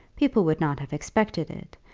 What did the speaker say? people would not have expected it.